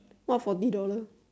what for two dollar